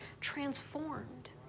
transformed